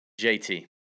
JT